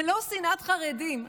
זה לא שנאת חרדים.